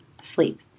sleep